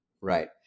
Right